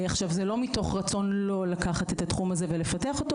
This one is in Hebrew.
ולא מתוך רצון לא לקחת את התחום הזה ולפתח אותו